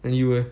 then you leh